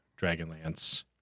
Dragonlance